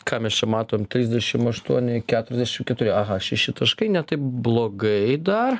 ką mes čia matom trisdešim aštuoni keturiasdešim keturi aha šeši taškai ne taip blogai dar